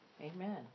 Amen